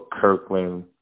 Kirkland